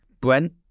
Brent